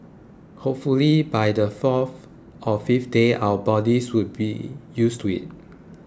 hopefully by the fourth or fifth day our bodies would be used to it